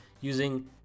using